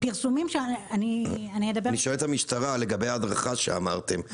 אני שואל את המשטרה, לגבי ההדרכה שאמרתם.